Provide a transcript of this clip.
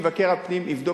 מבקר הפנים יבדוק,